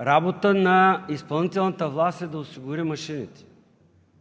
Работа на изпълнителната власт е да осигури машините.